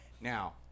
Now